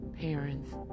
parents